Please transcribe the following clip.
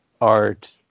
art